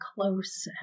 close